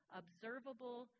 observable